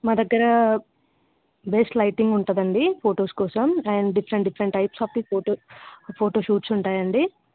మా దగ్గర base lighting ఉంటుంది అండి ఫోటోస్ కోసం and different different types of the photos photoshoots ఉంటాయండి